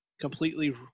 completely